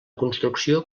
construcció